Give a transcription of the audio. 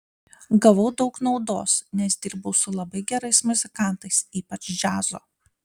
gavau daug naudos nes dirbau su labai gerais muzikantais ypač džiazo